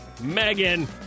Megan